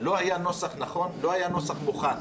לא היה נוסח נכון, לא היה נוסח מוכן.